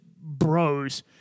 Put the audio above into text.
bros